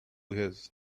his